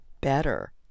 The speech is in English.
better